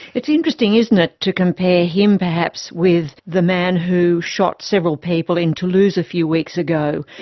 it's interesting, isn't it, to compare him, perhaps, with the man who shot several people in toulouse a few weeks ago,